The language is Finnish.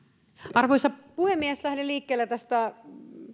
arvoisa puhemies lähden liikkeelle tästä